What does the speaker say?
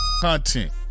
content